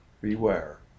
Beware